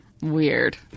weird